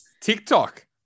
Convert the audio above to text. TikTok